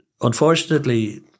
unfortunately